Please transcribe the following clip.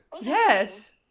yes